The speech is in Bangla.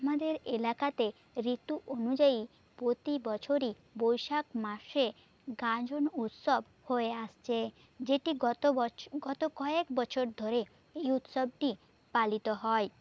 আমাদের এলাকাতে ঋতু অনুযায়ী প্রতি বছরই বৈশাখ মাসে গাজন উৎসব হয়ে আসছে যেটি গত গত কয়েক বছর ধরে এই উৎসবটি পালিত হয়